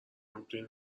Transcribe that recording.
میتونین